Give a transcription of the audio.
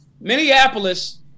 Minneapolis